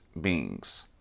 beings